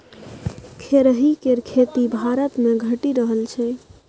खेरही केर खेती भारतमे घटि रहल छै